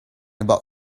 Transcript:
about